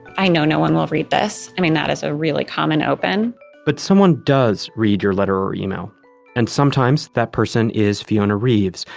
i know no one will read this. i mean that is a really common open but someone does read your letter or email and sometimes that person is fiona reeves,